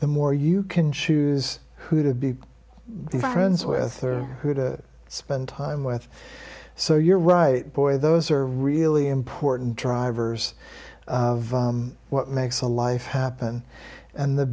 the more you can choose who to be friends with or who to spend time with so you're right boy those are really important drivers of what makes a life happen and the